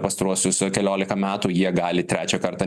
pastaruosius keliolika metų jie gali trečią kartą